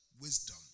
wisdom